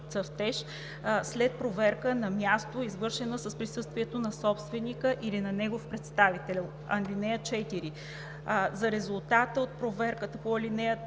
след проверка на място, извършена в присъствието на собственика или на негов представител. (4) За резултата от проверката по ал.